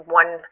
one